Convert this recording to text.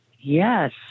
Yes